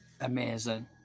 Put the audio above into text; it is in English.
amazing